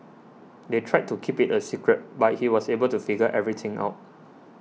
they tried to keep it a secret but he was able to figure everything out